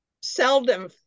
seldom